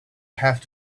have